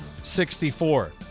64